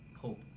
hope